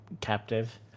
captive